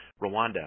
Rwanda